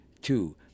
two